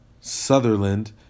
Sutherland